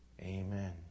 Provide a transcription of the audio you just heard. amen